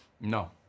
no